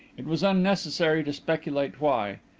it was unnecessary to speculate why.